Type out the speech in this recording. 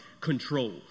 control